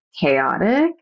chaotic